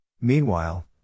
Meanwhile